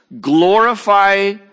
glorify